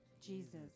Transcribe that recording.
Jesus